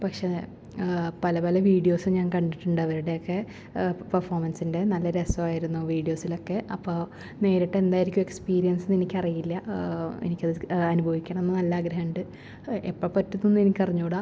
പക്ഷെ പല പല വീഡിയോസ് ഞാൻ കണ്ടിട്ടുണ്ടവരുടെയൊക്കെ പെർഫോമൻസിൻ്റെ നല്ല രസായിരുന്നു വിഡിയോസിലൊക്കെ അപ്പം നേരിട്ടെന്തായിരിക്കും എക്സ്പീരിയൻസ് എനിക്ക് അറിയില്ല എനിക്ക് അനുഭവിക്കണമെന്ന് നല്ല ആഗ്രഹുണ്ട് എപ്പം പറ്റുന്നെന്നും എനിക്ക് അറിഞ്ഞുകൂട